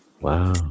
Wow